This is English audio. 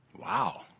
Wow